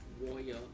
warrior